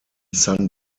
san